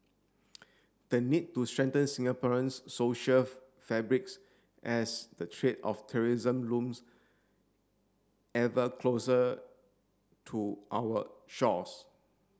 the need to strengthen Singaporean's social fabrics as the treat of terrorism looms ever closer to our shores